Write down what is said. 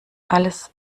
alles